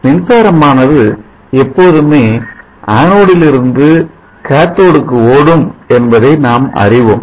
மின்சாரமானது எப்போதுமே ஆண்டிலிருந்து காத்தோடுக்கு ஓடும் என்பதை நாம் அறிவோம்